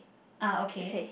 ah okay